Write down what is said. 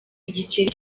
igikeri